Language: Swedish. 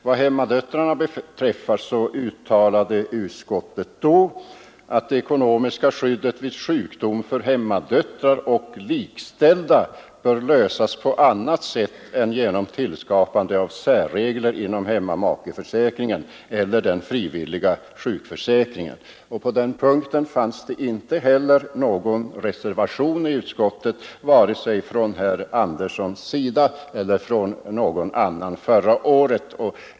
Vad hemmadöttrarna beträffar uttalade utskottet då att det ekonomiska skyddet vid sjukdom för hemmadöttrar och likställda bör lösas på annat sätt än genom tillskapande av särregler inom hemmamakeförsäkringen eller den frivilliga sjukförsäkringen. På den punkten fanns det inte någon reservation i utskottet, vare sig av herr Andersson eller av någon annan.